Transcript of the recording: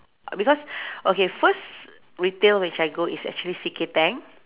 uh because okay first retail which I go is actually C K Tang